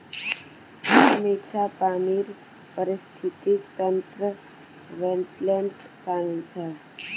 मीठा पानीर पारिस्थितिक तंत्रत वेट्लैन्ड शामिल छ